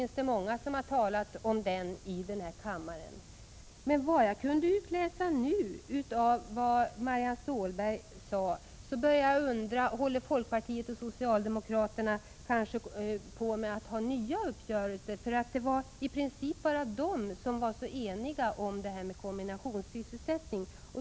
När jag hör vad Marianne Stålberg säger nu börjar jag undra om folkpartiet och socialdemokraterna håller på att träffa nya uppgörelser. Det var i princip bara de två partierna som var så eniga om kombinationssysselsättning.